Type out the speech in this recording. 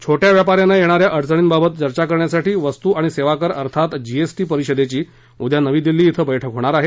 छोट्या व्यापाऱ्यांना येणाऱ्या अडचणींबाबत चर्चा करण्यासाठी वस्तु आणि सेवा कर अर्थात जीएसटी परिषदेची उद्या नवी दिल्ली इथ बैठक होणार आहे